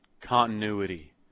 continuity